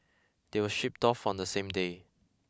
they were shipped off on the same day